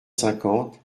cinquante